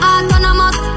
Autonomous